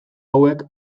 hauek